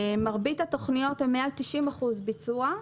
מרבית התוכניות הן מעל 90% ביצוע.